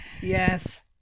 Yes